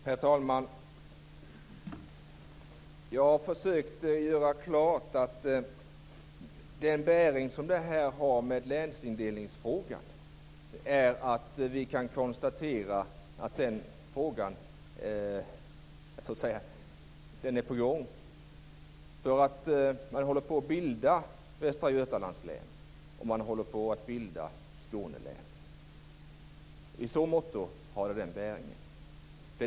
Herr talman! Jag har försökt att göra klart att den bäring som detta har på länsindelningsfrågan är att den frågan är på gång. Man håller på att bilda Västra Götalands län och Skåne län. I så måtto har det den bäringen.